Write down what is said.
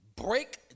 Break